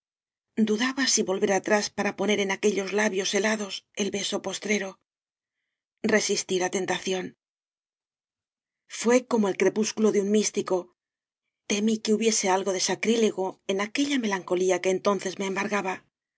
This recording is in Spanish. dudaba si volver atrás para poner en aquellos labios helados el beso postrero resistí la tentación fué como el crepúsculo de un místico temí que hubiese algo de sacrilego en aquella melancolía que entonces me embargaba